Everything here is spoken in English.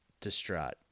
distraught